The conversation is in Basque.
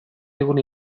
digun